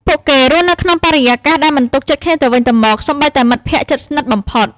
ពួកគេរស់នៅក្នុងបរិយាកាសដែលមិនទុកចិត្តគ្នាទៅវិញទៅមក សូម្បីតែមិត្តភក្តិជិតស្និទ្ធបំផុត។